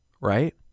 right